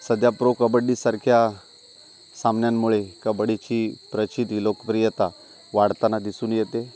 सध्या प्रो कबड्डीसारख्या सामन्यांमुळे कबड्डीची प्रचिती लोकप्रियता वाढताना दिसून येते